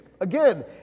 Again